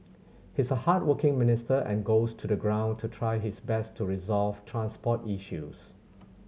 he's a hardworking minister and goes to the ground to try his best to resolve transport issues